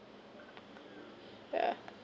yeah